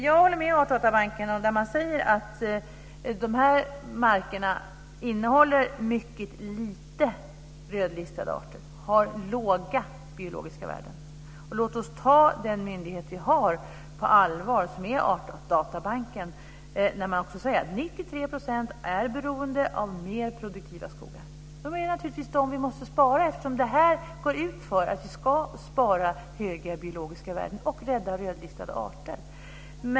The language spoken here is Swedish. Jag håller med om Artdatabanken som säger att de här markerna innehåller mycket lite rödlistade arter, har låga biologiska värden. Låt oss ta den myndighet som vi har, Artdatabanken, på allvar. Man säger också att 93 % är beroende av mer produktiva skogar. Det är naturligtvis de vi måste spara, eftersom det här går ut på att vi ska spara höga biologiska värden och rädda rödlistade arter.